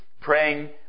praying